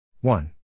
One